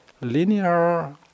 linear